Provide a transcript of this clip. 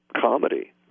comedy